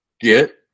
get